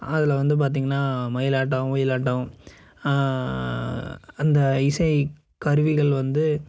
அதில் வந்து பார்த்தீங்கனா மயிலாட்டம் ஒயிலாட்டம் அந்த இசை கருவிகள் வந்து